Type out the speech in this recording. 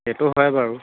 সেইটো হয় বাৰু